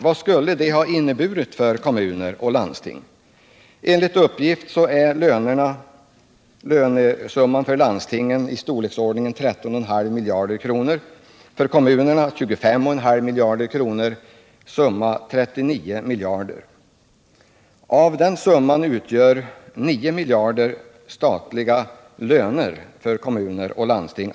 Vad skulle en sådan höjning ha inneburit för kommuner och landsting? Enligt uppgift är lönesumman för landstingen ca 13,5 miljarder kronor och för kommunerna ca 25,5 miljarder kronor, vilket tillsammans gör 39 miljarder kronor. Av den summan utgör 9 miljarder kronor statliga löner till befattningshavare i kommuner och landsting.